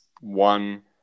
one